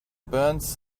burns